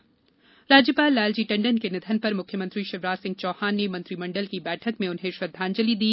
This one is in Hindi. प्रदेश शोक राज्यपाल लालजी टंडन के निधन पर मुख्यमंत्री शिवराज सिंह चौहान ने मंत्रिमंडल की बैठक में उन्हें श्रद्वांजलि दी